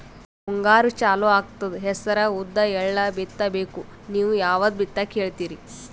ಮುಂಗಾರು ಚಾಲು ಆಗ್ತದ ಹೆಸರ, ಉದ್ದ, ಎಳ್ಳ ಬಿತ್ತ ಬೇಕು ನೀವು ಯಾವದ ಬಿತ್ತಕ್ ಹೇಳತ್ತೀರಿ?